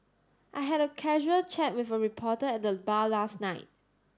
I had a casual chat with a reporter at the bar last night